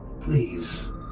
Please